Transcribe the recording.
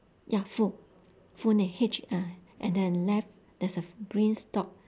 ya full full name H uh and then left there's a green stalk